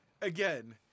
again